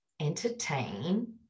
entertain